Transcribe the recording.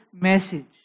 message